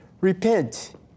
Repent